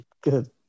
Good